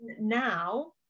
now